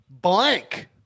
blank